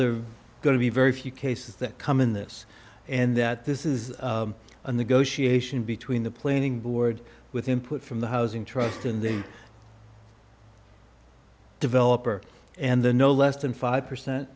to be very few cases that come in this and that this is a negotiation between the planning board with input from the housing trust in the developer and the no less than five percent